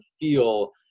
feel